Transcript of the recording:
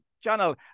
channel